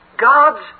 God's